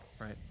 right